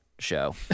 show